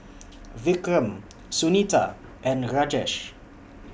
Vikram Sunita and Rajesh